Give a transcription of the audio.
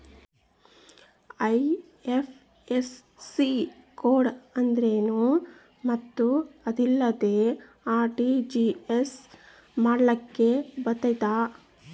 IFSC code ಅಂದ್ರೇನು ಮತ್ತು ಅದಿಲ್ಲದೆ ಆರ್.ಟಿ.ಜಿ.ಎಸ್ ಮಾಡ್ಲಿಕ್ಕೆ ಬರ್ತೈತಾ?